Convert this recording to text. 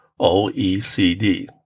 OECD